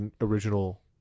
original